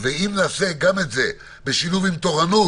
נעשה גם את זה, בשילוב עם תורנות